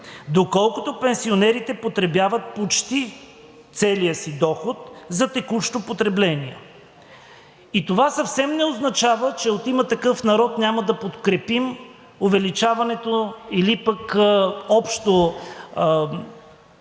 доколкото пенсионерите потребяват почти целия си доход за текущо потребление. И това съвсем не означава, че от „Има такъв народ“ няма да подкрепим увеличаването или пък общо